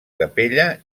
capella